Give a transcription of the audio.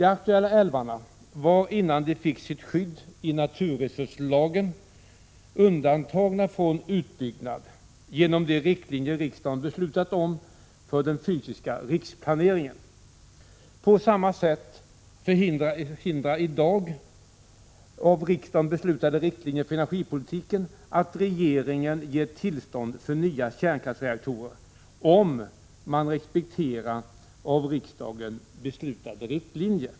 De aktuella älvarna var, innan de fick sitt skydd i naturresurslagen, undantagna från utbyggnad genom de riktlinjer riksdagen beslutat om för den fysiska riksplaneringen. På samma sätt förhindrar i dag av riksdagen beslutade riktlinjer för energipolitiken att regeringen ger tillstånd för nya kärnkraftsreaktorer — om man respekterar av riksdagen beslutade riktlinjer.